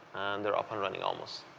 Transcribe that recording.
they're up and running almost.